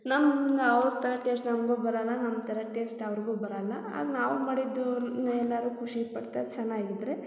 ನಮ್ಮ ಅವ್ರ ಥರ ಟೇಶ್ಟ್ ನಂಗೂ ಬರಲ್ಲ ನಮ್ಮ ಥರ ಟೇಸ್ಟ್ ಅವ್ರಿಗೂ ಬರಲ್ಲ ಆಗ ನಾವು ಮಾಡಿದ್ದು ಏನಾದ್ರೂ ಖುಷಿಪಡ್ತಾ ಚೆನ್ನಾಗಿದ್ರೆ